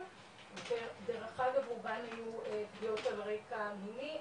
ובמרחב האורבאני היו פגיעות על רקע מיני,